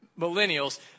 millennials